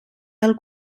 del